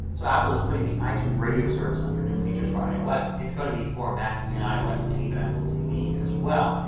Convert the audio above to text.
so apple is putting the itunes radio service under new features for ios. it is going to be for mac and ios and even apple tv as well.